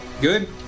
Good